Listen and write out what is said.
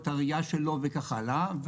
את הראייה שלו וכך הלאה.